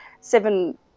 seven